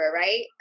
right